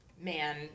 Man